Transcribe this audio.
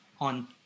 on